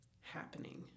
happening